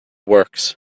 works